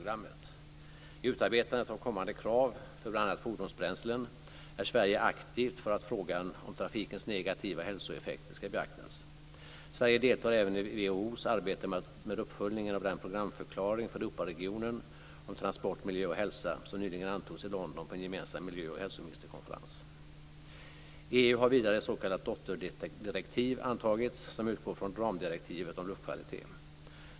I utarbetandet av kommande krav för bl.a. fordonsbränslen är Sverige aktivt för att frågan om trafikens negativa hälsoeffekter ska beaktas. Sverige deltar även i WHO:s arbete med uppföljningen av den programförklaring för Europaregionen om transport, miljö och hälsa som nyligen antogs i London på en gemensam miljö och hälsoministerkonferens. I EU har vidare ett s.k. dotterdirektiv antagits som utgår från ramdirektivet om luftkvalitet.